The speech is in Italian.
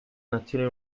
nazioni